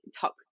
top